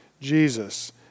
Jesus